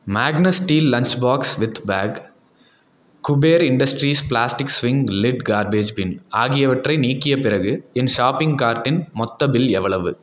Magnus steel lunch box with bag Kuber industries plastic swing lid garbage bin ஆகியவற்றை நீக்கிய பிறகு என் ஷாப்பிங் கார்ட்டின் மொத்த பில் எவ்வளவு